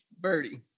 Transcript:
Birdie